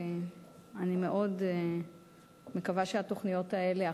ואני מאוד מקווה שהתוכניות האלה,